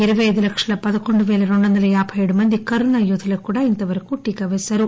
ఇరపై అయిదు లక్షల పదకొండు పేల రెండు వంద యాబై ఏడు మంది కరుణ యోధులకు కూడా ఇంతవరకు టీకా పేశారు